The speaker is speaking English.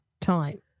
time